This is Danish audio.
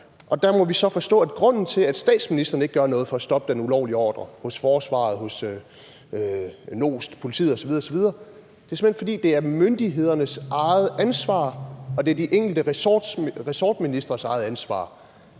og der må vi så forstå, at grunden til, at statsministeren ikke gør noget for at stoppe den ulovlige ordre – hos forsvaret, hos NOST, hos politiet osv. osv. – simpelt hen er, at det er myndighedernes eget ansvar, og at det er de enkelte ressortministres eget ansvar.